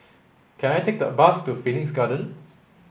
can I take a bus to Phoenix Garden